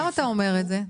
למה אתה אומר את זה?